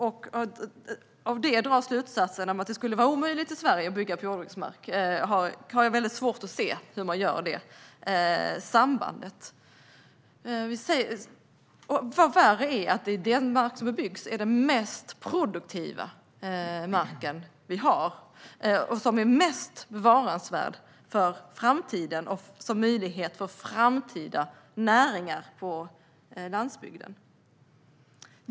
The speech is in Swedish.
Hur man av detta kan dra slutsatsen att det skulle vara omöjligt att bygga på jordbruksmark i Sverige har jag svårt att se. Vad värre är: Den mark som bebyggs är den mest produktiva mark vi har, och det är den som är mest bevaransvärd för framtiden, som möjlighet för framtida näringar på landsbygden.